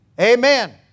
Amen